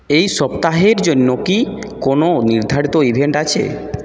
এই সপ্তাহের জন্য কি কোনোও নির্ধারিত ইভেন্ট আছে